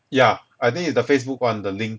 yeah I think is the facebook [one] the link